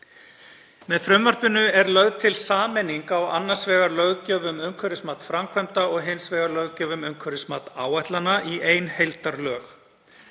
Með frumvarpinu er lögð til sameining á annars vegar löggjöf um umhverfismat framkvæmda og hins vegar löggjöf um umhverfismat áætlana, í ein heildarlög.